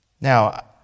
Now